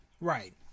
Right